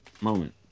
moment